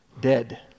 dead